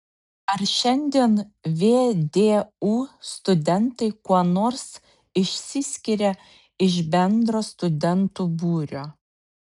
ar šiandien vdu studentai kuo nors išsiskiria iš bendro studentų būrio